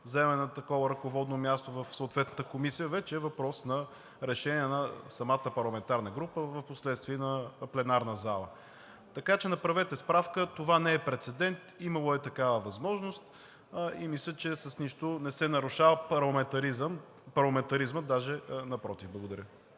заемане на такова ръководно място в съответната комисия, вече е въпрос на решение на самата парламентарна група, впоследствие и на пленарната зала. Така че направете справка – това не е прецедент. Имало е такава възможност. Мисля, че с нищо не се нарушава парламентаризмът, даже напротив. Благодаря.